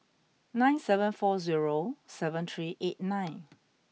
nine seven four zero seven three eight nine